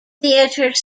theatre